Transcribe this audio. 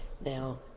Now